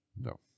No